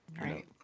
Right